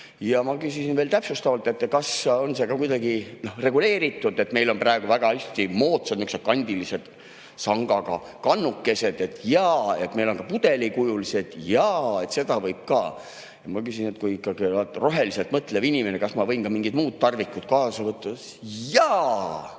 Ja ma küsisin veel täpsustavalt, kas on see ka kuidagi reguleeritud. Meil on praegu väga moodsad kandilised sangaga kannukesed – jaa, võib! –, meil on pudelikujulised – jaa, seda võib ka! Ma küsisin, et mina kui ikkagi roheliselt mõtlev inimene, kas ma võin ka mingid muud tarvikud kaasa võtta. Jaa!